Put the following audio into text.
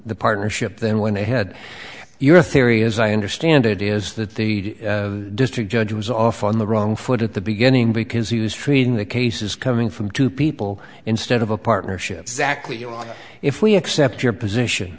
the partnership then when they had your theory as i understand it is that the district judge was off on the wrong foot at the beginning because he was treating the cases coming from two people instead of a partnership exactly you know if we accept your position